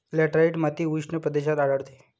laterite माती उष्ण प्रदेशात आढळते